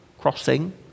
crossing